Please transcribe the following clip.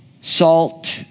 Salt